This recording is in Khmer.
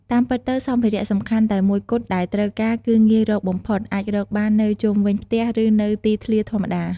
តាមពិតទៅ សម្ភារៈសំខាន់តែមួយគត់ដែលត្រូវការ គឺងាយរកបំផុត អាចរកបាននៅជុំវិញផ្ទះ ឬនៅទីធ្លាធម្មតា។